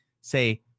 Say